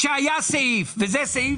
כאשר היה סעיף, וזה סעיף